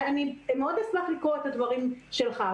אני מאוד אשמח לקרוא את הדברים שלך.